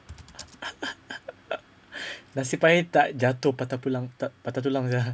nasib baik tak jatuh patah tulang tak patah tulang sia